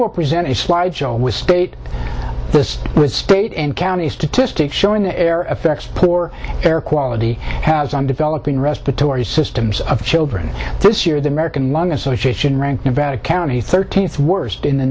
will present a slideshow with state with state and county statistics showing the air effects poor air quality has on developing respiratory systems of children this year the american lung association ranked nevada county thirteenth worst in the